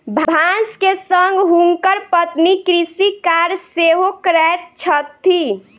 भानस के संग हुनकर पत्नी कृषि कार्य सेहो करैत छथि